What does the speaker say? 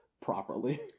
properly